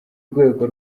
rwego